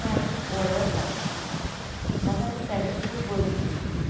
sari order घातली म्हाका ती साडी खूब बरी दिसली